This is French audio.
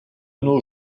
nos